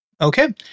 Okay